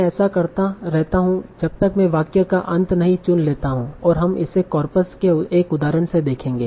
मैं ऐसा करता रहता हू जब तक मैं वाक्य का अंत नहीं चुन लेता हूं और हम इसे कार्पस के एक उदाहरण से देखेंगे